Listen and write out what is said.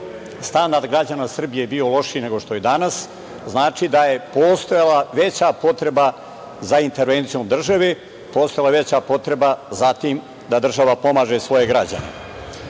standard građana Srbije bio lošiji nego što je danas. Znači da je postojala veća potreba za intervencijom države, postojala je veća potreba za tim da država pomaže svoje